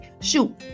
Shoot